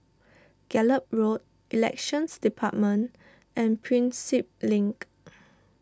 Gallop Road Elections Department and Prinsep Link